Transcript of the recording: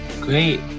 great